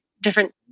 different